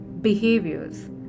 behaviors